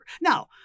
Now